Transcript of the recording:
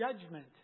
judgment